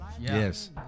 Yes